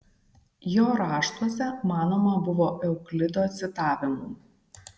jo raštuose manoma buvo euklido citavimų